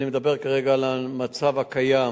ואני מדבר כרגע על המצב הקיים,